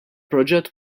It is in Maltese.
proġett